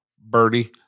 birdie